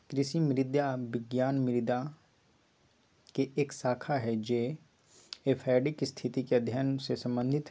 कृषि मृदा विज्ञान मृदा विज्ञान के एक शाखा हई जो एडैफिक स्थिति के अध्ययन से संबंधित हई